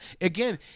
again